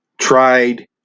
tried